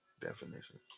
definition